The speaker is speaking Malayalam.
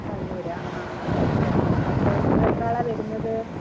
കണ്ണൂരാ ആ ആ അപ്പോൾ നിങ്ങൾ എത്ര ആളാണ് വരുന്നത്